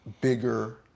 bigger